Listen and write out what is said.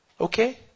Okay